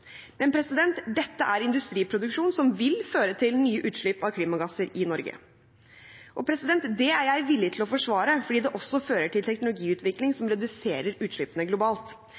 Men dette er industriproduksjon som vil føre til nye utslipp av klimagasser i Norge. Det er jeg villig til å forsvare, fordi det også fører til teknologiutvikling som reduserer utslippene globalt.